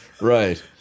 right